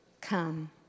Come